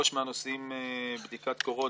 לכן הם הראשונים שיוצאים לחל"ת או מפוטרים.